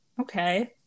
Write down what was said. okay